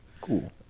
Cool